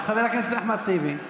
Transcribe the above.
חבר הכנסת אחמד טיבי.